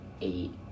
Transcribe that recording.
eight